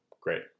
great